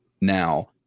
now